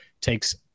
takes